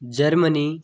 Germany